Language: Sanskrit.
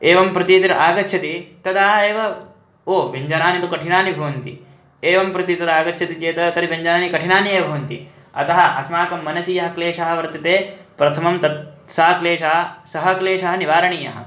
एवं प्रतितिः आगच्छति तदा एव ओ व्यञ्जनानि तु कठिनानि भवन्ति एवं प्रतितिः आगच्छति चेत् तर्हि व्यञ्जनानि कठिनानि एव भवन्ति अतः अस्माकं मनसि यः क्लेशः वर्तते प्रथमं तत् सः क्लेशः सः क्लेशः निवारणीयः